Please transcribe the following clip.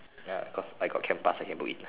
ya cause I got camp pass I can book in